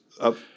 up